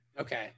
okay